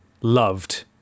loved